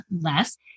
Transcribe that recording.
Less